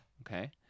Okay